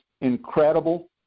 incredible